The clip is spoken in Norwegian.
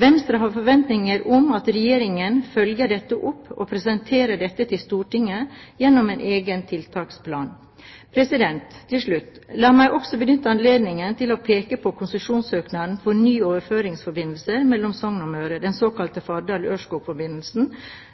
Venstre har forventninger om at Regjeringen følger dette opp og presenterer dette for Stortinget gjennom en egen tiltaksplan. Til slutt: La meg også benytte anledningen til å peke på at konsesjonssøknaden for en ny overføringsforbindelse mellom Sogn og Møre, den såkalte